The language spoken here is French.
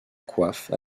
coiffe